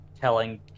telling